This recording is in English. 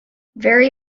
very